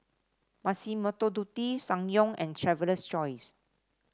Massimo Dutti Ssangyong and Traveler's Choice